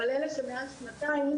אבל אלה שמעל שנתיים,